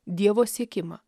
dievo siekimą